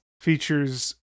features